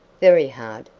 very hard,